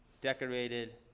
decorated